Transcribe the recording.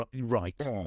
right